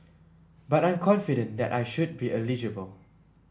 but I'm confident that I should be eligible